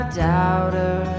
doubter